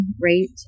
rate